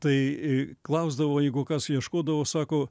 tai klausdavo jeigu kas ieškodavo sako